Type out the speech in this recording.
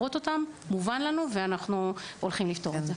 הנושא מובן לנו ואנחנו הולכים לפתור אותו.